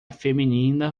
feminina